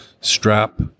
strap